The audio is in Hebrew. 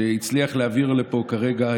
שהצליח להעביר לפה כרגע,